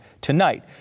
tonight